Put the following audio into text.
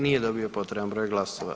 Nije dobio potreban broj glasova.